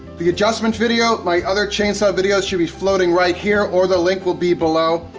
the adjustment video, my other chainsaw videos should be floating right here, or the link will be below.